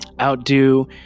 outdo